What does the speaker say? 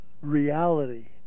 reality